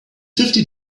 fifty